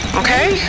okay